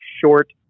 short